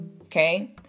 okay